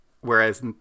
whereas